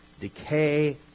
decay